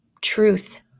truth